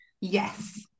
yes